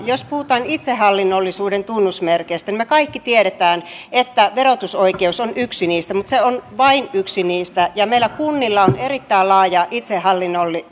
jos puhutaan itsehallinnollisuuden tunnusmerkeistä niin me kaikki tiedämme että verotusoikeus on yksi niistä mutta se on vain yksi niistä ja meillä kunnilla on erittäin laaja itsehallinnollisuus